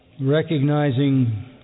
recognizing